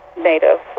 Native